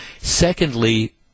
Secondly